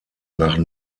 nach